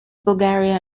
bulgaria